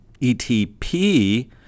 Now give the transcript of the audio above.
ETP